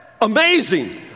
amazing